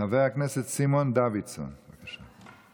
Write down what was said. חבר הכנסת סימון דוידסון, בבקשה.